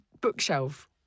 bookshelf